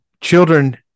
children